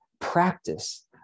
practice